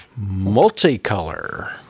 multicolor